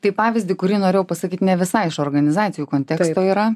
tai pavyzdį kurį norėjau pasakyt ne visai iš organizacijų konteksto yra